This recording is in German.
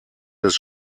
des